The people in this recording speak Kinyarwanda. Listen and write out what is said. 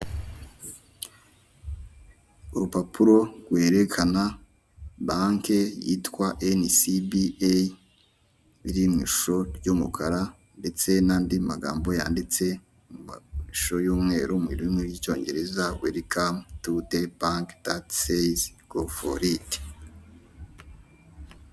Urupapuro rwerekana bank yitwa NCBA biri mu ishusho ry'umukara ndetse n'andi magambo yanditse mu mashusho y'umweru mu rurimi rw'Icyongereza welcome to the bank that says go for it.